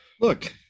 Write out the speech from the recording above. Look